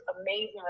amazing